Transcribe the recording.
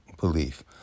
belief